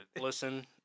Listen